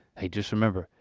hey just remember,